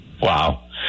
Wow